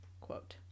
Quote